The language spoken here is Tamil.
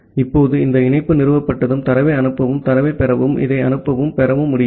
இப்போது இந்த இணைப்பு நிறுவப்பட்டதும் தரவை அனுப்பவும் தரவைப் பெறவும் இதை அனுப்பவும் பெறவும் முடியும்